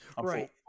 right